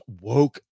woke